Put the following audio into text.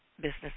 business